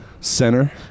center